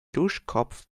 duschkopf